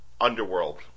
Underworld